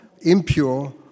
impure